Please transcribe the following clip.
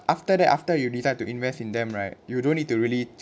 after that after you decide to invest in them right you don't need to really